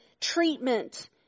treatment